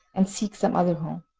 and seek some other home.